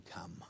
come